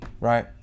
right